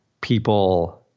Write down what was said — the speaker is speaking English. people